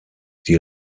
die